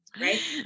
right